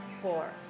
four